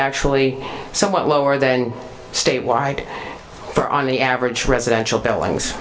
actually somewhat lower than statewide for on the average residential buildings